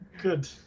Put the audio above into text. Good